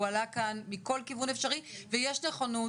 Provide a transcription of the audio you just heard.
הוא עלה כאן מכל כיוון אפשרי ויש נכונות